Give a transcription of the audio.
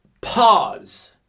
pause